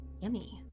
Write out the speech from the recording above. Yummy